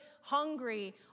hungry